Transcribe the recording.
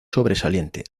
sobresaliente